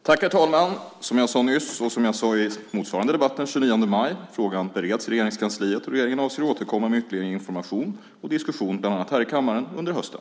Herr talman! Som jag sade nyss, och som jag sade i en motsvarande debatt den 29 maj, bereds frågan i Regeringskansliet. Regeringen avser att återkomma med ytterligare information och diskussion, bland annat i kammaren, under hösten.